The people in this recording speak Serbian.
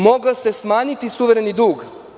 Mogao se smanjiti suvereni dug.